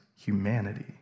Humanity